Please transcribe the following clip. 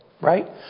right